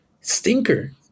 stinker